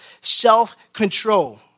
Self-control